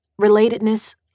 Relatedness